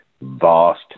vast